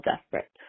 desperate